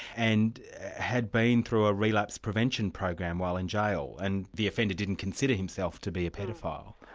and had been through a relapse prevention program while in jail, and the offender didn't consider himself to be a paedophile.